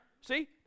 see